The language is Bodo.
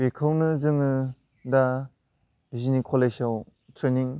बेखौनो जोङो दा बिजनि कलेजाव ट्रेनिं